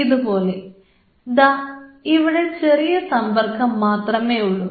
ഇതുപോലെ ദാ ഇവിടെ ചെറിയ സംബർക്കം മാത്രമേയുള്ളൂ